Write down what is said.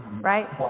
Right